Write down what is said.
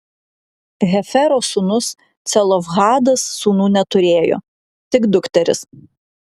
hefero sūnus celofhadas sūnų neturėjo tik dukteris